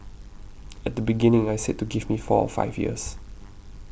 at the beginning I said to give me four or five years